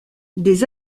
des